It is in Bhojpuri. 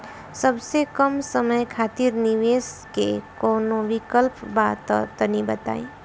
सबसे कम समय खातिर निवेश के कौनो विकल्प बा त तनि बताई?